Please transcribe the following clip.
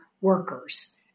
workers